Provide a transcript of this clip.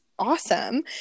Awesome